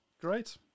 great